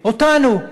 אותנו.